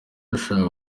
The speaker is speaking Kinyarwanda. yashakaga